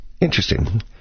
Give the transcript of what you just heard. Interesting